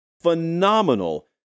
phenomenal